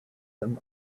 them